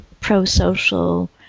pro-social